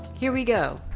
here we go.